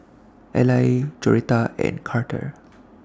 Ally Joretta and Carter